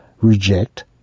reject